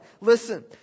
Listen